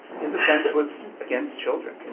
his offense was against children.